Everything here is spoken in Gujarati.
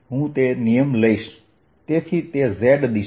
હું તે નિયમ લઈશ તેથી તે z દિશા છે